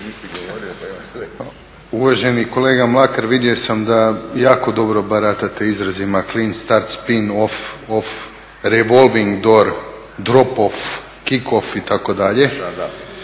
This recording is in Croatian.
Uvaženi kolega Mlakar, vidio sam da jako dobro baratate izrazima clean start, spin off, revolving door, drop off, kick off i tako dalje.